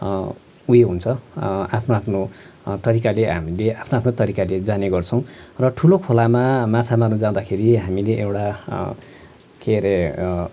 उयो हुन्छ आफ्नो आफ्नो तरिकाले हामीले आफ्नो आफ्नो तरिकाले जाने गर्छौँ र ठुलो खोलामा माछा मार्नु जाँदाखेरि हामीले एउटा के अरे